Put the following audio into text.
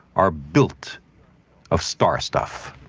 are built of star stuff.